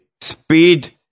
speed